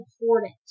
important